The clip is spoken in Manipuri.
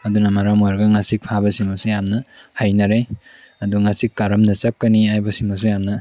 ꯑꯗꯨꯅ ꯃꯔꯝ ꯑꯣꯏꯔꯒ ꯉꯥꯆꯤꯡ ꯐꯥꯕ ꯁꯤꯃꯁꯨ ꯌꯥꯝꯅ ꯍꯩꯅꯔꯦ ꯑꯗꯣ ꯉꯥꯆꯤꯛ ꯀꯔꯝꯅ ꯆꯠꯀꯅꯤ ꯍꯥꯏꯕꯁꯤꯃꯁꯨ ꯌꯥꯝꯅ